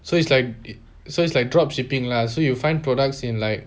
so it's like it so it's like drop shipping lah so you find products in like